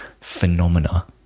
phenomena